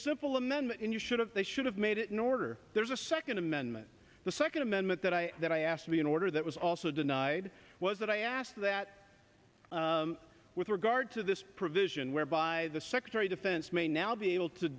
simple amendment and you should have they should have made it an order there's a second amendment the second amendment that i that i asked to be in order that was also denied was that i asked that with regard to this provision whereby the secretary defense may now be able to